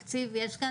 תודה.